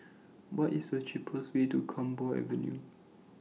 What IS The cheapest Way to Camphor Avenue